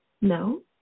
No